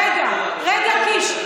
רגע, רגע, קיש.